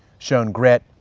shown grit,